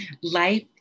life